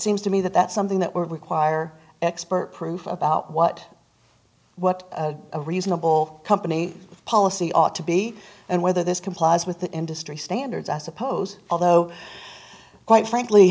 seems to me that that's something that would require expert proof about what what a reasonable company policy ought to be and whether this complies with the industry standards i suppose although quite frankly